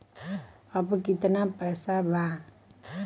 अब कितना पैसा बा?